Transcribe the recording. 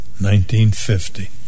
1950